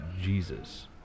Jesus